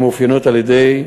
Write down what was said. הקשר בעבודה בשטח.